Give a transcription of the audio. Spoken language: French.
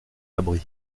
abri